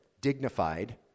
Dignified